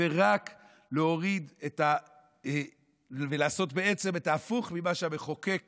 ורק להוריד ולעשות את ההפך ממה שהמחוקק